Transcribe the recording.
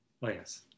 yes